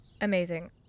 Amazing